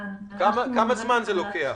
זמן --- כמה זמן זה לוקח?